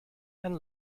and